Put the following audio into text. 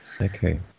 okay